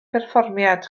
perfformiad